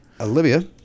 Olivia